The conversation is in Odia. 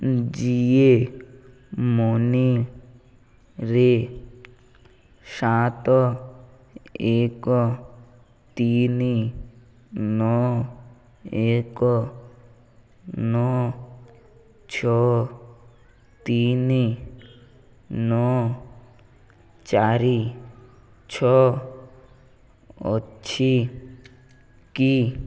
ଜିଓ ମନିରେ ସାତ ଏକ ତିନି ନଅ ଏକ ନଅ ଛଅ ତିନି ନଅ ଚାରି ଛଅ ଅଛି କି